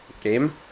game